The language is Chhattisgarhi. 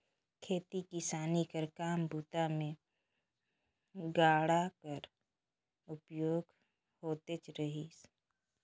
खेती किसानी कर काम बूता मे गाड़ा कर उपयोग होतेच रहिस